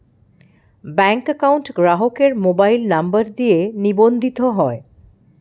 bank account গ্রাহকের mobile number দিয়ে নিবন্ধিত হয়